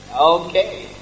okay